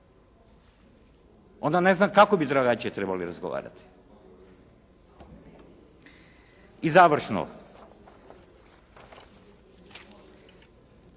onda ne znam kako bi drugačije trebali razgovarati. I završno,